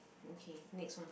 okay next one